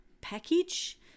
package